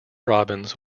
robins